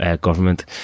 government